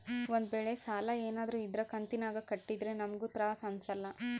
ಒಂದ್ವೇಳೆ ಸಾಲ ಏನಾದ್ರೂ ಇದ್ರ ಕಂತಿನಾಗ ಕಟ್ಟಿದ್ರೆ ನಮ್ಗೂ ತ್ರಾಸ್ ಅಂಸಲ್ಲ